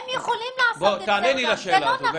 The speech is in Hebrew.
הם יכולים לעשות את זה גם.